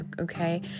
okay